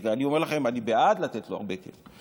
אני אומר לכם, אני בעד לתת לו הרבה כסף.